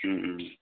उम उम